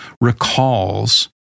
recalls